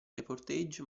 reportage